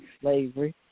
slavery